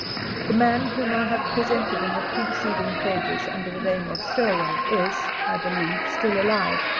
the man whom i have presented in the preceding pages under the name of sherwin is, i believe, still alive,